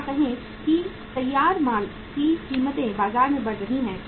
या कहें कि तैयार माल की कीमतें बाजार में बढ़ रही हैं